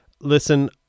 Listen